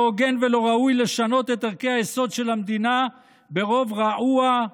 לא הוגן ולא ראוי לשנות את ערכי היסוד של המדינה ברוב רעוע,